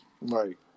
Right